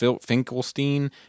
Finkelstein